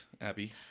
Abby